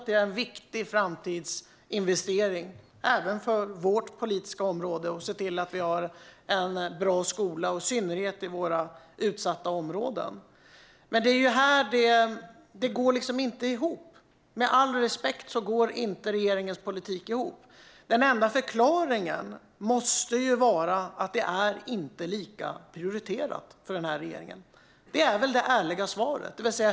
Det är en viktig framtidsinvestering, även inom vårt politikområde, att se till att skolan är bra, i synnerhet i utsatta områden. Men med all respekt går regeringens politik inte ihop. Den enda förklaringen måste vara att det här inte är lika prioriterat för regeringen. Det är väl det ärliga svaret.